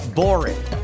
boring